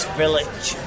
village